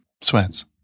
Sweats